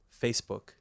Facebook